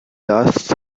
lasts